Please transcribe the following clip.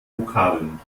vokabeln